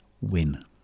win